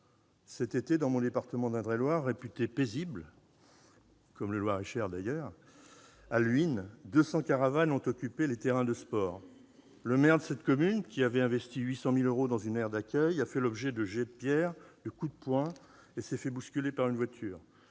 Cet été, dans mon département d'Indre-et-Loire, réputé paisible, comme le Loir-et-Cher, madame la ministre, à Luynes plus précisément, 200 caravanes ont occupé les terrains de sport. Le maire de cette commune, qui avait investi 800 000 euros dans une aire d'accueil, a été la cible de jets de pierre, de coups de poing et s'est fait bousculer par une voiture.